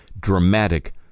dramatic